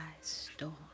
storm